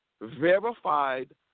verified